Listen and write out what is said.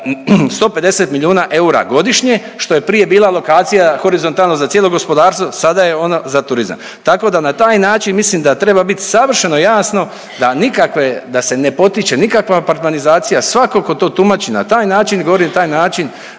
150 milijuna eura godišnje, što je prije bila alokacija horizontalno za cijelo gospodarstvo, sada je ona za turizam. Tako da na taj način mislim da treba bit savršeno jasno da nikakve, da se ne potiče nikakva apartmanizacija, svako ko to tumači na taj način i govori na taj način,